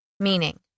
Meaning